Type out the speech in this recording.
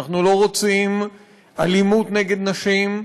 אנחנו לא רוצים אלימות נגד נשים.